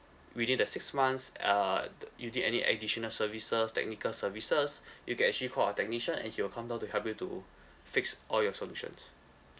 within the six months uh the you did any additional services technical services you can actually call our technician and he will come down to help you to fix all your solutions